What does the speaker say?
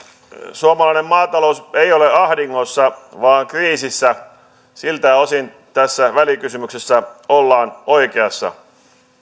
suomalainen maatalous ei ole ahdingossa vaan kriisissä siltä osin tässä välikysymyksessä ollaan oikeassa